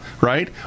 right